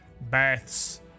Baths